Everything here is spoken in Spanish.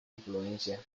influencia